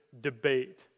debate